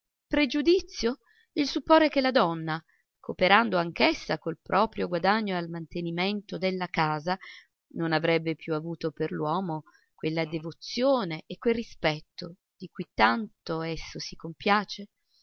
l'uomo pregiudizio il supporre che la donna cooperando anch'essa col proprio guadagno al mantenimento della casa non avrebbe più avuto per l'uomo quella devozione e quel rispetto di cui tanto esso si compiace